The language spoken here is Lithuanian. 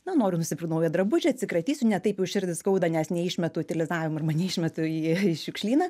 na noriu nusipirkt naują drabužį atsikratysiu ne taip jau širdį skauda nes neišmetu utilizavimui arba neišmetu į į šiukšlyną